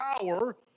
power